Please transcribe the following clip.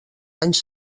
anys